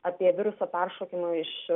apie viruso peršokimą iš